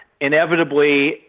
inevitably